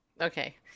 Okay